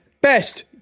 Best